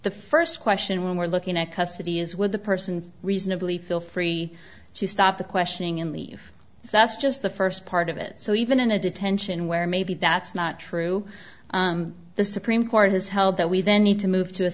the first question we're looking at custody is where the person reasonably feel free to stop the questioning in leave that's just the first part of it so even in a detention where maybe that's not true the supreme court has held that we then need to move to a